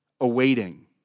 awaiting